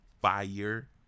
Fire